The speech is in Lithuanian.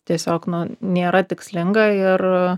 tiesiog nu nėra tikslinga ir